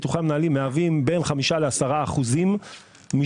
ביטוחי המנהלים מהווים בין 5% ל-10% משוק